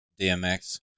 DMX